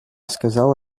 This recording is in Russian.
сказала